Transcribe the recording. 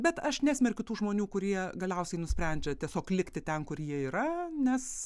bet aš nesmerkiu tų žmonių kurie galiausiai nusprendžia tiesiog likti ten kur jie yra nes